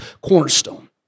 cornerstone